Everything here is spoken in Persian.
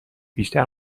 بیشتر